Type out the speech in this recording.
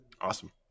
Awesome